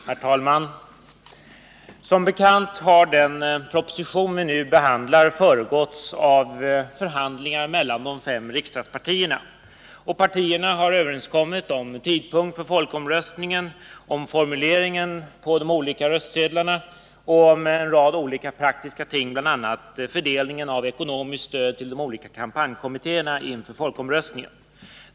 Herr talman! Som bekant har den proposition som vi nu behandlar föregåtts av förhandlingar mellan de fem riksdagspartierna. Partierna har kommit överens om tidpunkten för folkomröstningen, om formuleringen på de olika röstsedlarna samt om en rad praktiska ting, bl.a. fördelningen av ekonomiskt stöd till de olika kampanjkommittéerna inför folkomröstningen.